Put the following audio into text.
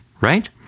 right